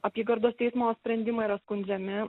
apygardos teismo sprendimai yra skundžiami